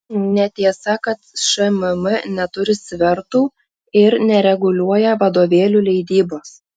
netiesa kad šmm neturi svertų ir nereguliuoja vadovėlių leidybos